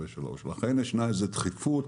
לכן ישנה איזה דחיפות